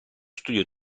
studio